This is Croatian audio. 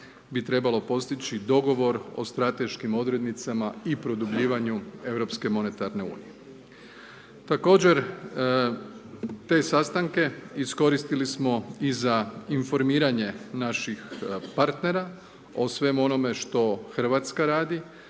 bi trebalo postići dogovor o strateškim odrednicama i produbljivanju Europske monetarne Unije. Također te sastanke iskoristili smo i za informiranje naših partnera o svemu onome što Hrvatska radi